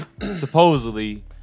supposedly